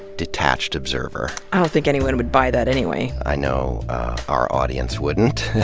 detached observer. i don't think anyone would buy that, anyway. i know our audience wouldn't.